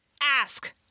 ask